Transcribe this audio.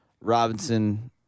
Robinson